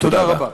תודה רבה.